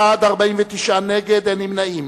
בעד, 9, נגד, 49, אין נמנעים.